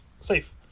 safe